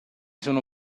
sono